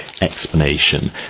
explanation